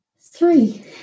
Three